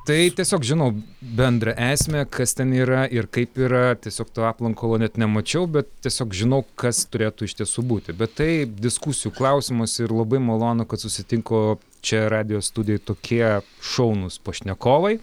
tai tiesiog žinau bendrą esmę kas ten yra ir kaip yra tiesiog to aplankalo net nemačiau bet tiesiog žinau kas turėtų iš tiesų būti bet tai diskusijų klausimas ir labai malonu kad susitiko čia radijo studijoje tokie šaunūs pašnekovai